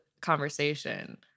conversation